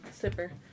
zipper